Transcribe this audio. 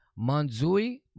Manzui